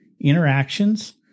interactions